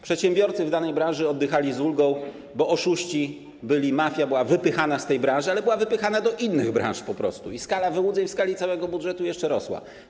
Przedsiębiorcy w danej branży oddychali z ulgą, bo oszuści, mafia była wypychana z tej branży, ale była wypychana do innych branż po prostu i skala wyłudzeń w skali całego budżetu jeszcze rosła.